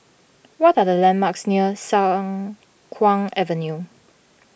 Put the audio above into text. what are the landmarks near Siang Kuang Avenue